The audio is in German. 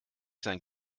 seinen